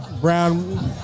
Brown